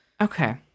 Okay